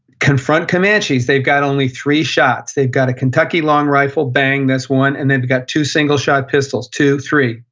confront comanches, they've got only three shots. they've got a kentucky long rifle. bang, that's one. and they've got two single-shot pistols. two, three.